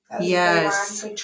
Yes